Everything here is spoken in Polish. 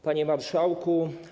Panie Marszałku!